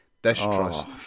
distrust